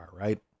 right